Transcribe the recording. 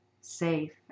safe